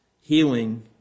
healing